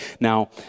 Now